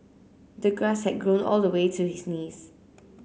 the grass had grown all the way to his knees